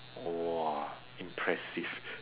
!wah! impressive